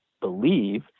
believe